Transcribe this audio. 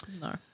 No